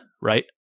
right